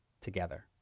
together